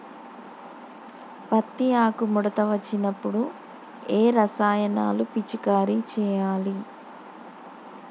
పత్తి ఆకు ముడత వచ్చినప్పుడు ఏ రసాయనాలు పిచికారీ చేయాలి?